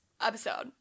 episode